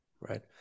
right